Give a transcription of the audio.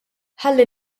ħalli